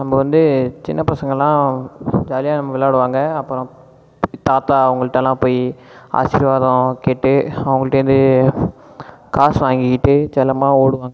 நம்ப வந்து சின்ன பசங்களெலாம் ஜாலியாக நம்ம விளையாடுவாங்க அப்புறம் தாத்தா அவங்கள்டெலாம் போயி ஆசீர்வாதம் கேட்டு அவங்கள்டேருந்து காசு வாங்கிக்கிட்டு செல்லமாக ஓடுவாங்க